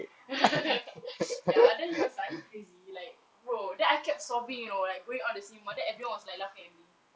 ya then he was like are you crazy like !wow! I kept sobbing you know like going out the cinema then everyone was like laughing at me